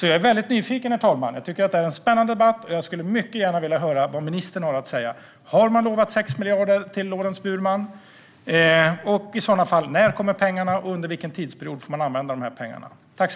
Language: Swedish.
Jag är väldigt nyfiken, herr talman. Jag tycker att det här är en spännande debatt, och jag skulle mycket gärna vilja höra vad ministern har att säga. Har man lovat 6 miljarder till Lorents Burman? Och i så fall: När kommer pengarna, och under vilken tidsperiod får de användas?